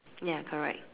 ya correct